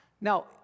Now